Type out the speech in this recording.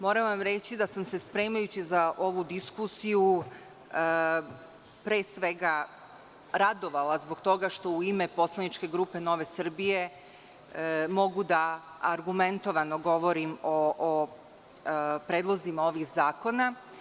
Moram vam reći da sam se spremajući se sa za ovu diskusiju pre svega radovala zbog toga što u ime poslaničke grupe NS mogu da argumentovano govorim o predlozima ovih zakona.